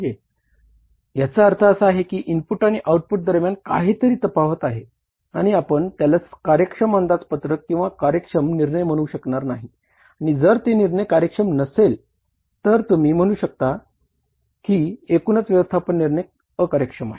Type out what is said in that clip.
याचा अर्थ असा की इनपुट आणि आऊटपुट दरम्यान काहीतरी तफावत आहे आणि आपण त्याला कार्यक्षम अंदाजपत्रक किंवा कार्यक्षम निर्णय म्हणून शकणार नाही आणि जर ते निर्णय कार्यक्षम नसेल तर तुम्ही म्हणू शकत नाही की एकूणच व्यवस्थापन निर्णय कार्यक्षम आहे